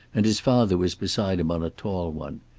and his father was beside him on a tall one.